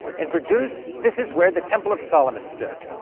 and for jews, this is where the temple of solomon stood.